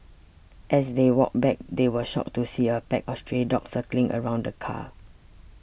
as they walked back they were shocked to see a pack of stray dogs circling around the car